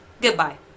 Goodbye